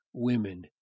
Women